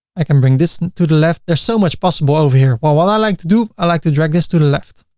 i can bring this to the left there's so much possible over here. what i like to do? i like to drag this to the left.